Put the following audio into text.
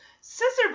scissor